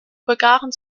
bulgaren